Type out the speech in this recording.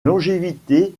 longévité